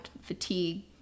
Fatigue